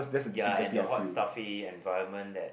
ya and the hot stuffy environment that